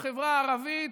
בחברה הערבית,